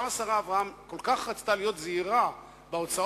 גם השרה אברהם כל כך רצתה להיות זהירה בהוצאות